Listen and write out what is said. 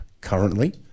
currently